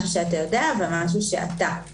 משהו שאתה יודע ומשהו שאתה.